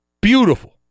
Beautiful